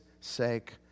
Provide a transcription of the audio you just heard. sake